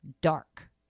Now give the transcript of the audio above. dark